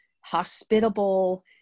hospitable